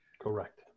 Correct